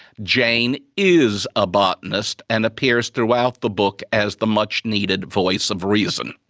jane is a botanist and appears throughout the book as the much needed, voice of reason.